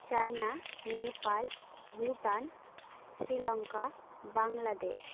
China Nepal Bhutan Sri Lanka Bangladesh